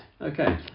Okay